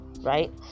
right